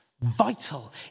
vital